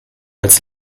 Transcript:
als